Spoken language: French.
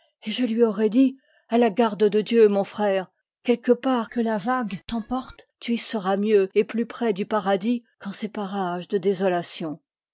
et je lui aurais dit a la garde de dieu mon frère quelque part que la vague t'emporte tu y seras mieux et plus près du paradis qu'en ces parages de désolation